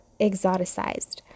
exoticized